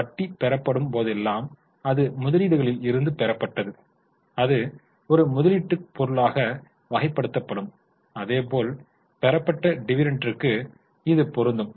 வட்டி பெறப்படும் போதெல்லாம் அது முதலீடுகளில் இருந்து பெறப்பட்டது அது ஒரு முதலீட்டு பொருளாக வகைப்படுத்தப்படும் அதேபோல் பெறப்பட்ட டிவிடெண்டிற்கும் இது பொருந்தும்